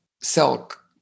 silk